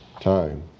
time